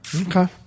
Okay